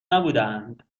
نبودهاند